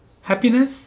happiness